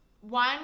One